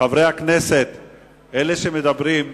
הרווחה והבריאות לשם הכנתה לקריאה שנייה